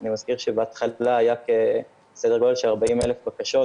אני מזכיר שבהתחלה היה סדר גודל של 40,000 בקשות,